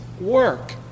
work